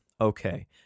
Okay